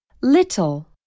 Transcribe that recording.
Little